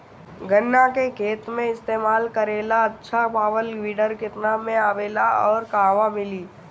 गन्ना के खेत में इस्तेमाल करेला अच्छा पावल वीडर केतना में आवेला अउर कहवा मिली?